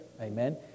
Amen